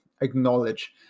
acknowledge